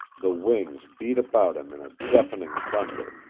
the wings beat about him in a deafening thunder,